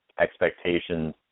expectations